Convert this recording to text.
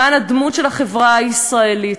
למען הדמות של החברה הישראלית.